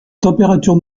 température